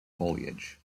foliage